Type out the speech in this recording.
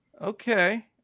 Okay